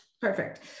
perfect